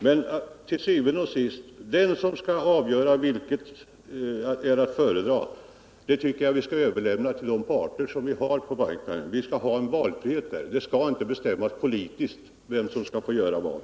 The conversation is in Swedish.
Men til syvende og sidst: vad som är att föredra tycker jag vi skall överlämna till parterna på marknaden att avgöra. Vi skall ha valfrihet i det avseendet. Det skall inte bestämmas politiskt vem som skall få göra vad.